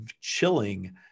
chilling